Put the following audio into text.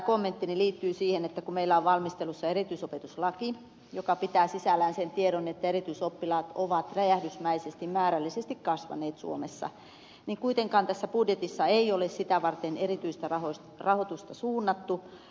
kommenttini liittyy siihen että kun meillä on valmistelussa erityisopetuslaki joka pitää sisällään sen tiedon että erityisoppilaiden määrä on räjähdysmäisesti kasvanut suomessa niin kuitenkaan tässä budjetissa ei ole sitä varten erityistä rahoitusta suunnattu